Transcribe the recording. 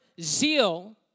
zeal